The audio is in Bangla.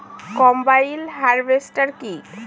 কম্বাইন হারভেস্টার কি?